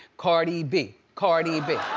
cardi b, cardi b.